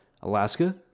Alaska